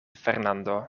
fernando